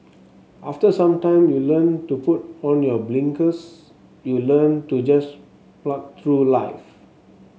after some time you learn to put on your blinkers you learn to just plough through life